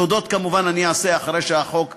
תודות כמובן אני אתן אחרי שהחוק יעבור,